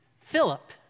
Philip